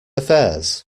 affairs